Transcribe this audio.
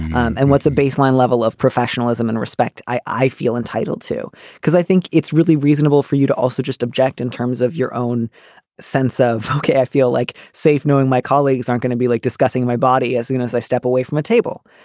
and and what's a baseline level of professionalism and respect? i i feel entitled to because i think it's really reasonable for you to also just object in terms of your own sense of okay. i feel like safe knowing my colleagues aren't gonna be like discussing my body as soon as i step away from a table.